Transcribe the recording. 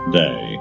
day